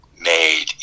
made